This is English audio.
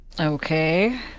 Okay